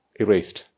erased